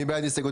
מי בעד הסתייגות